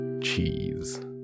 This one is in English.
Cheese